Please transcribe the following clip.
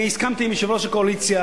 אני הסכמתי עם יושב-ראש הקואליציה,